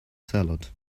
salad